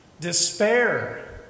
Despair